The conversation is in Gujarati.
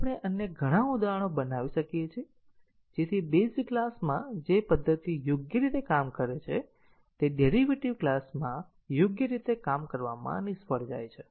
આપણે અન્ય ઘણા ઉદાહરણો બનાવી શકીએ છીએ જેથી બેઝ ક્લાસમાં જે પદ્ધતિ યોગ્ય રીતે કામ કરે છે તે ડેરીવેટીવ ક્લાસમાં યોગ્ય રીતે કામ કરવામાં નિષ્ફળ જાય છે